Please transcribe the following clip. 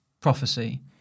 prophecy